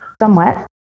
somewhat